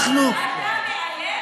אתה מאיים?